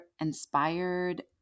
inspired